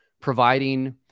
providing